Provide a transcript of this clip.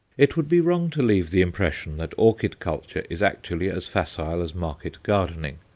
it would be wrong to leave the impression that orchid culture is actually as facile as market gardening,